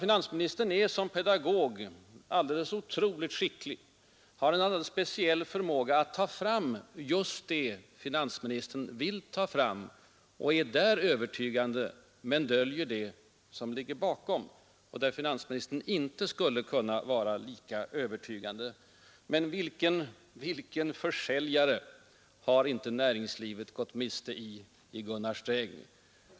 Finansministern är nämligen som pedagog alldeles otroligt skicklig. Han har en speciell förmåga att ta fram just det som finansministern vill ha uppmärksammat — och är där övertygande — men döljer det som ligger bakom, där finansministern inte skulle kunna vara lika övertygande. Vilken försäljare har inte näringslivet gått miste om i Gunnar Sträng!